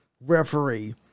referee